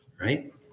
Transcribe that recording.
right